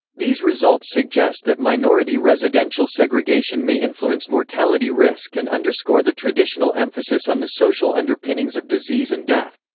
these results suggest that minority residential segregation may influence mortality risk and underscore the traditional emphasis on the social underpinnings of disease and death.